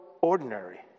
ordinary